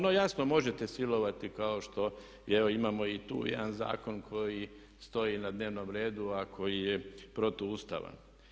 No jasno, možete silovati kao što evo imamo i tu jedan zakon koji stoji na dnevnom redu, a koji je protuustavan.